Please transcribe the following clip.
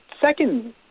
second